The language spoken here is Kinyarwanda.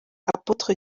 apotre